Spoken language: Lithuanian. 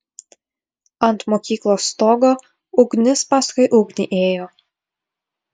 ant mokyklos stogo ugnis paskui ugnį ėjo